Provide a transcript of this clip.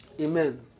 Amen